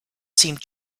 seemed